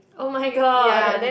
oh my god